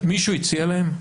מישהו הציע להם?